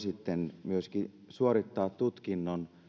sitten myöskin suorittaa tutkinnon